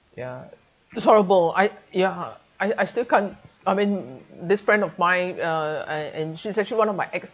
ya it's horrible I ya I I still can't I mean this friend of mine uh uh and she's actually one of my ex